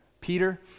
Peter